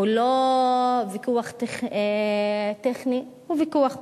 הוא לא ויכוח טכני, הוא ויכוח פוליטי.